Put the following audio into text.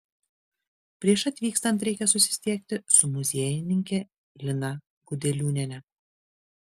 prieš atvykstant reikia susisiekti su muziejininke lina gudeliūniene